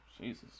Jesus